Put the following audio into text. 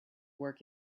work